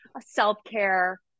self-care